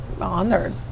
honored